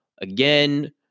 Again